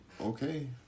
okay